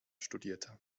studierte